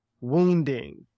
wounding